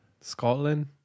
Scotland